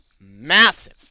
massive